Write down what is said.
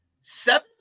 seven